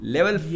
Level